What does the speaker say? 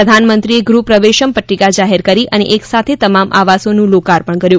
પ્રધાનમંત્રીએ ગૃહ પ્રવેશમ પટ્ટીકા જાહેર કરી અને એક સાથે તમામ આવાસોનું લોકાર્પણ કર્યું